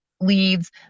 leads